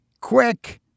quick